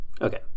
Okay